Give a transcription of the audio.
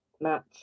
match